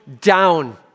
down